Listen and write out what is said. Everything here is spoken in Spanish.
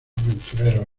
aventureros